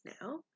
now